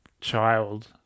child